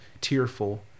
tearful